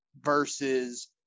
versus